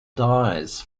dies